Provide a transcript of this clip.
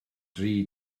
dri